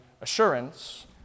assurance